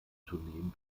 tourneen